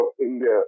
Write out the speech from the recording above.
India